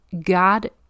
God